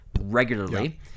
regularly